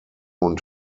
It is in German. und